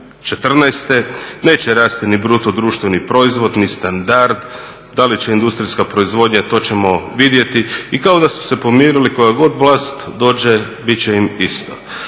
2014. Neće rasti ni bruto društveni proizvod, ni standard. Da li će industrijska proizvodnja to ćemo vidjeti i kao da su se pomirili koja god vlast dođe bit će im isto.